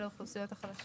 כל האוכלוסייה,